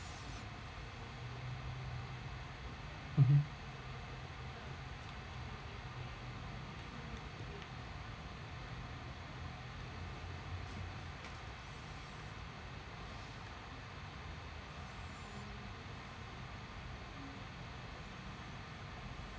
mmhmm